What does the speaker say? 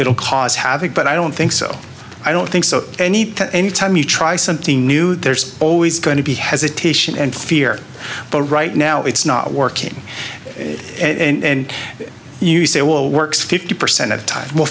it'll cause havoc but i don't think so i don't think so any time any time you try something new there's always going to be hesitation and fear but right now it's not working and you say well works fifty percent of the time